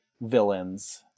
villains